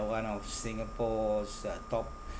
one of singapore's uh top